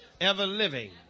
ever-living